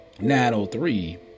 9.03